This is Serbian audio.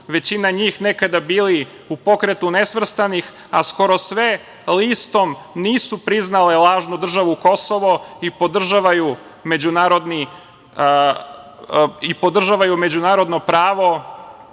većina njih nekada bili u Pokretu nesvrstanih, a skoro sve listom nisu priznale lažnu državu „Kosovo“ i podržavaju međunarodno pravo